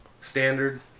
Standard